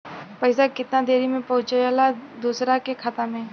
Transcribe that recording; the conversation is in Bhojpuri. पैसा कितना देरी मे पहुंचयला दोसरा के खाता मे?